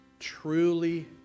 Truly